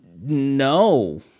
No